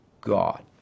God